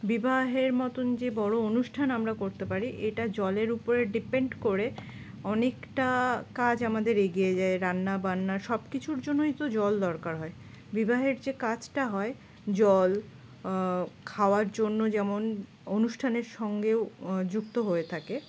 বিবাহের মতন যে বড়ো অনুষ্ঠান আমরা করতে পারি এটা জলের উপরে ডিপেন্ড করে অনেকটা কাজ আমাদের এগিয়ে যায় রান্না বান্না সব কিছুর জন্যই তো জল দরকার হয় বিবাহের যে কাজটা হয় জল খাওয়ার জন্য যেমন অনুষ্ঠানের সঙ্গেও যুক্ত হয়ে থাকে